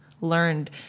learned